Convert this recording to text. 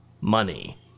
money